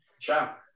Ciao